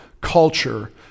culture